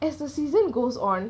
as the season goes on